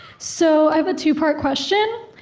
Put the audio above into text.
so i've a two-part question.